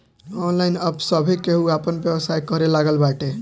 online अब सभे केहू आपन व्यवसाय करे लागल बाटे